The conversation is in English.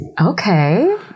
Okay